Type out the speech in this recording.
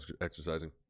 exercising